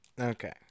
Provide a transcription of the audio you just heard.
Okay